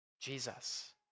Jesus